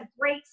great